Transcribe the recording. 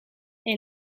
est